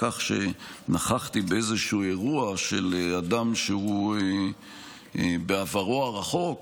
על כך שנכחתי באיזשהו אירוע של אדם שבעברו הרחוק